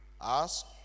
ask